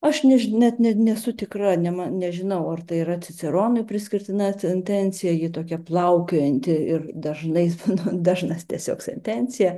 aš neži net nesu tikra nema nežinau ar tai yra ciceronui priskirtina sentencija ji tokia plaukiojanti ir dažnai dažnas tiesiog sentencija